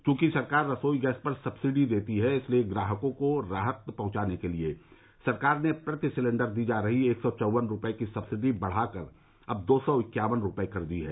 चूंकि सरकार रसोई गैस पर सब्सिडी देती है इसलिए ग्राहकों को राहत पहुंचाने के लिए सरकार ने प्रति सिलेंडर दी जा रही एक सौ चौदन रुपये की सब्सिडी बढ़ाकर अब दो सौ इक्यावन रुपये कर दी है